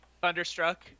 Thunderstruck